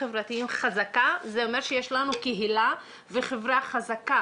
חברתיים חזקה זה אומר שיש לנו קהילה וחברה חזקה.